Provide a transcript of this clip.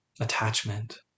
attachment